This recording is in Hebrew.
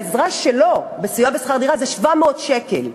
העזרה שלו בסיוע בשכר דירה תהיה 700 שקל.